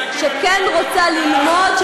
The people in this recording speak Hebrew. שכן רוצה ללמוד,